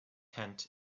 tent